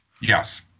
Yes